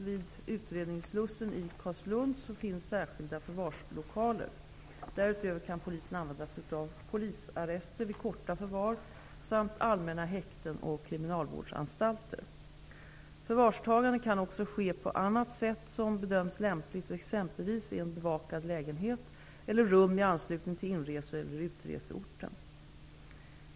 Vid utredningsslussen i Carlslund finns särskilda förvarslokaler. Därutöver kan polisen använda sig av polisarrester, vid korta förvar, samt allmänna häkten och kriminalvårdsanstalter. Förvarstagandet kan också ske på annat sätt som bedöms lämpligt, exempelvis i bevakad lägenhet eller rum i anslutning till inreseeller utreseorten.